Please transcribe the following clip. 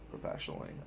professionally